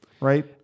right